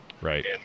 Right